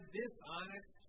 dishonest